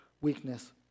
weakness